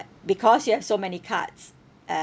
because you have so many cards